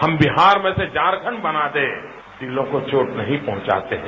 हम बिहार में से झारखंड बना दें दिलों को चोट नहीं पहुंचाते हैं